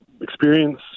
experience